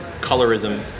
colorism